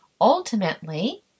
ultimately